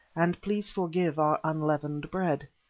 and please forgive our unleavened bread.